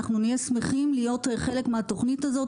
אנחנו נהיה שמחים להיות חלק מהתוכנית הזאת,